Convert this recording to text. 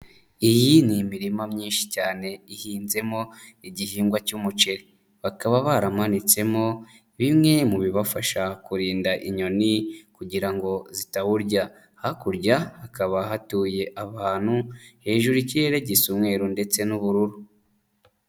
Iyi ni imirima myinshi cyane ihinzemo igihingwa cy'umuceri, bakaba baramanitsemo bimwe mu bibafasha kurinda inyoni kugira ngo zitawurya. Hakurya hakaba hatuye ahantu, hejuru ikirere gisa umwero ndetse n'ubururu.